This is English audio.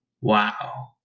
Wow